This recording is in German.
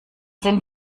sind